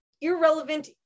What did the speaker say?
irrelevant